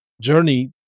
journey